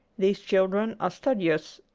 these children are studious,